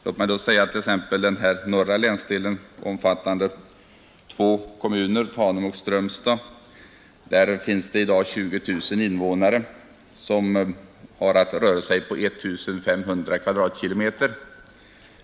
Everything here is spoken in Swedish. Låt mig då säga att i t.ex. den norra länsdelen, omfattande två kommuner — Tanum och Strömstad — finns det i dag 20 000 invånare som har att röra sig på I 500 kvadratkilometer.